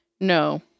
No